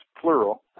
plural